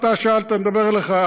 אתה שאלת, אני מדבר עליך.